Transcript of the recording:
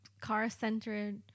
car-centered